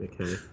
Okay